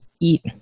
eat